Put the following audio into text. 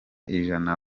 ijana